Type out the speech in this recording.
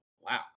wow